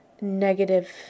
negative